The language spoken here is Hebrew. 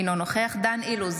אינו נוכח דן אילוז,